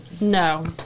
No